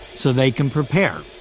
so they can prepare.